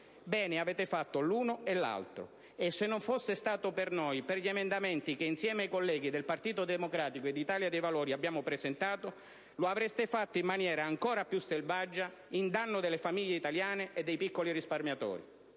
Avete fatto l'una e l'altra cosa e, se non fosse stato per noi, per gli emendamenti, che insieme ai colleghi del Partito Democratico e dell'Italia dei Valori abbiamo presentato, lo avreste fatto in maniera ancora più selvaggia, in danno delle famiglie italiane e dei piccoli risparmiatori.